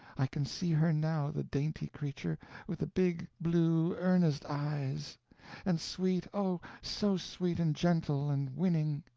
i can see her now, the dainty creature with the big, blue, earnest eyes and sweet, oh, so sweet and gentle and winning!